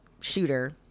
shooter